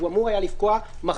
והוא אמור היה לפקוע מחר,